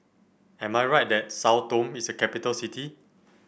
am I right that Sao Tome is a capital city